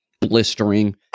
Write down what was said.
blistering